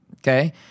Okay